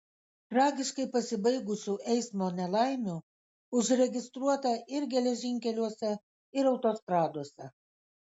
tragiškai pasibaigusių eismo nelaimių užregistruota ir geležinkeliuose ir autostradose